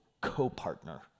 co-partner